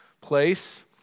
place